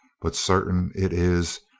but certain it is,